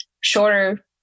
shorter